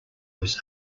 was